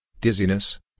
dizziness